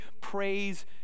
praise